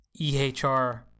EHR